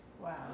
Wow